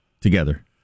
together